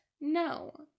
No